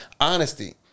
Honesty